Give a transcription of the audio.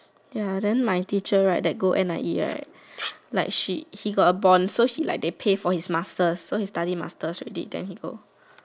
ya then my teacher right that go N_I_E right like she he got a bond so she like they pay for his masters she study for the masters already right then he go